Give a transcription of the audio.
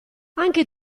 anche